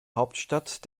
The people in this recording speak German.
hauptstadt